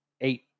eight